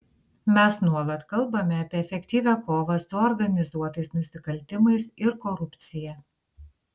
mes nuolat kalbame apie efektyvią kovą su organizuotais nusikaltimais ir korupcija